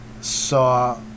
saw